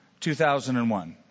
2001